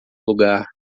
lugar